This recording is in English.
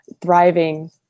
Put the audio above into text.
thriving